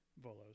Volos